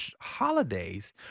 holidays